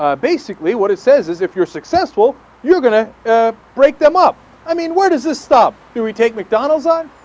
ah basically what it says is if you're successful you're gonna ah. break them up i mean what does this stop the retake mcdonald's on